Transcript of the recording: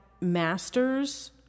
masters